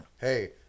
hey